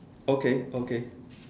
okay okay